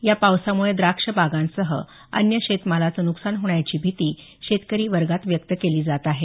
या पावसामुळे द्राक्ष बागांसह अन्य शेतमालांचं नुकसान होण्याची भीती शेतकरी वर्गात व्यक्त केली जात आहे